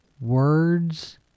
Words